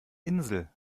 insel